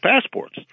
passports